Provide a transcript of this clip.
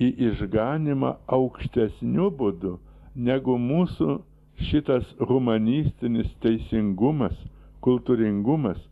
į išganymą aukštesniu būdu negu mūsų šitas humanistinis teisingumas kultūringumas